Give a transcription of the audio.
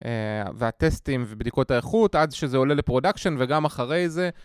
והטסטים ובדיקות האיכות עד שזה עולה לפרודקשן וגם אחרי זה